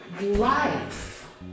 life